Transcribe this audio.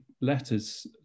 letters